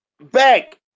Back